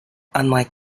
unlike